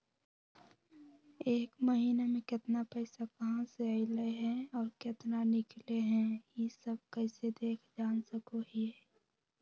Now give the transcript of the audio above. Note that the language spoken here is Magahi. एक महीना में केतना पैसा कहा से अयले है और केतना निकले हैं, ई सब कैसे देख जान सको हियय?